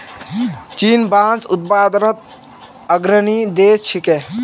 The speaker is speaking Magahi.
चीन बांस उत्पादनत अग्रणी देश छिके